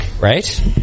right